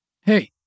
Hey